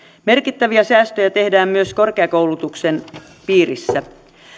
merkittäviä säästöjä tehdään myös korkeakoulutuksen piirissä